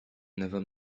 never